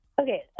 Okay